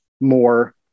more